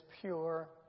pure